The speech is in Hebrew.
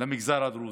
למגזר הדרוזי,